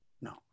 no